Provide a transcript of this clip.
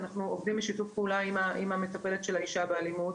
אנחנו עובדים בשיתוף פעולה עם המטפלת של האישה באלימות.